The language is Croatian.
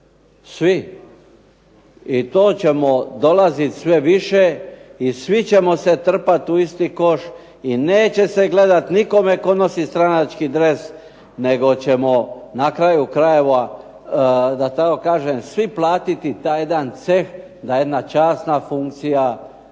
svi i to ćemo dolazit sve više i svi ćemo se trpat u isti koš i neće se gledat nikome tko gleda stranački dres nego ćemo na kraju krajeva da tako kažem svi platiti taj jedan ceh da jedna časna funkcija